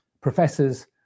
professors